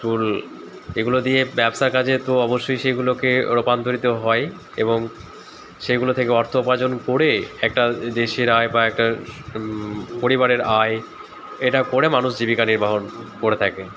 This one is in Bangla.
চুল এগুলো দিয়ে ব্যবসা কাজে তো অবশ্যই সেগুলোকে রূপান্তরিত হয় এবং সেগুলো থেকে অর্থ উপার্জন করে একটা দেশের আয় বা একটা পরিবারের আয় এটা করে মানুষ জীবিকা নির্বাহন করে থাকে